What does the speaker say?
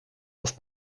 auf